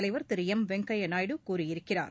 திரு M Venkaiah Naidu கூறியிருக்கிறார்